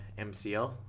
mcl